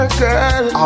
girl